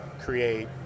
create